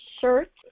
shirt